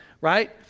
right